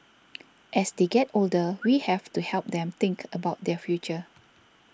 as they get older we have to help them think about their future